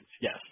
Yes